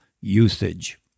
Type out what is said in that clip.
usage